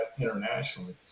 internationally